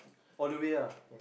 all the way ah